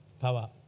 Power